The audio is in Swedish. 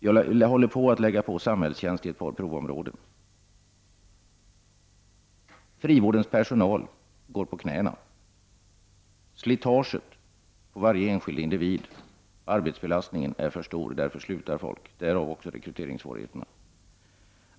Vi håller på att införa samhällstjänst när det gäller ett par provområden. Frivårdens personal går på knäna. Arbetsbelastningen för varje enskild individ är för stor. Därför slutar folk — och därav också rekryteringssvårigheterna.